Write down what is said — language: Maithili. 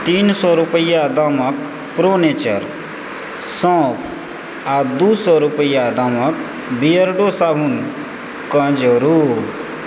तीन सौ रुपैया दामक प्रो नेचर सौंफ आ दू सौ रुपैया दामक बियर्डो साबुनकेँ जोड़ू